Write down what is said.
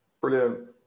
Brilliant